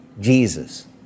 Jesus